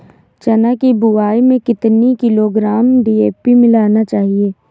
चना की बुवाई में कितनी किलोग्राम डी.ए.पी मिलाना चाहिए?